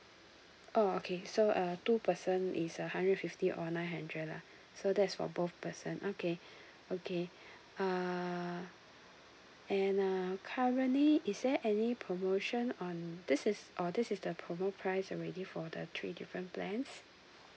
oh okay so uh two person is uh hundred fifty or nine hundred lah so that's for both person okay okay uh and um currently is there any promotion on this is or this is the promo price already for the three different plans